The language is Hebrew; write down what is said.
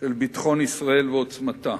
של ביטחון ישראל ועוצמתה.